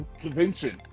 convention